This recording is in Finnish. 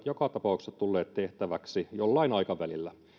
joka tapauksessa tulleet tehtäväksi jollain aikavälillä